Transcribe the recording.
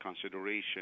consideration